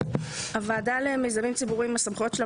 הוועדה למיזמים ציבוריים הסמכויות שלה